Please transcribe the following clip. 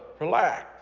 relax